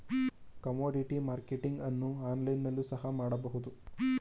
commodity marketing ಅನ್ನು online ನಲ್ಲಿ ಸಹ ಮಾಡಬಹುದು